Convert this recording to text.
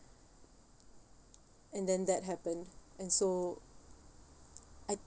and then that happened and so I